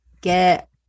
get